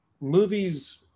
movies